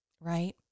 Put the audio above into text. right